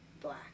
black